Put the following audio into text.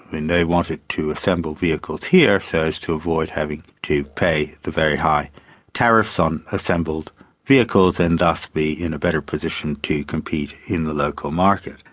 they wanted to assemble vehicles here so as to avoid having to pay the very high tariffs on assembled vehicles and thus be in a better position to compete in the local market.